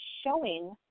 showing